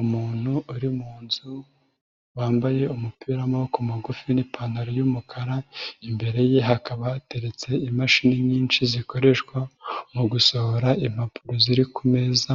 Umuntu uri mu nzu wambaye umupira w'amaguru magufi n'ipantaro y'umukara, imbere ye hakaba hateretse imashini nyinshi zikoreshwa mu gusohora impapuro ziri ku meza,